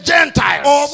Gentiles